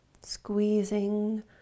Squeezing